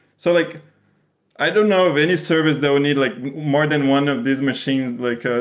so like i don't know of any service that would need like more than one of these machines. like ah